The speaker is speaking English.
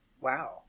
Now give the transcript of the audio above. Wow